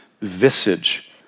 visage